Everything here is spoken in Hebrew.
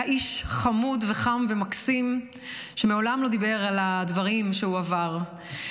היה איש חמוד וחם ומקסים שמעולם לא דיבר על הדברים שהוא עבר,